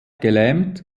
gelähmt